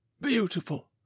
beautiful